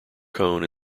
cone